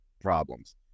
problems